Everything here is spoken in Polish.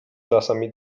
czasami